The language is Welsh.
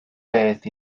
beth